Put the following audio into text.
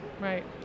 right